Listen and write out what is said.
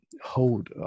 hold